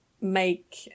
make